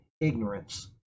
ignorance